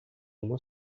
uma